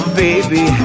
baby